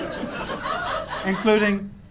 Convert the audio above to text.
Including